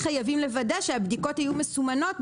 תקנה 14 מדברת על הציוד הרפואי לביצוע בדיקת קורונה מהירה.